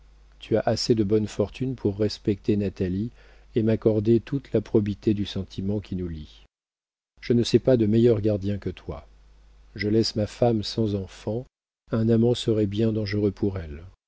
tu as assez de bonnes fortunes pour respecter natalie et m'accorder toute la probité du sentiment qui nous lie je ne sais pas de meilleur gardien que toi je laisse ma femme sans enfant un amant serait bien dangereux pour elle